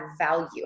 value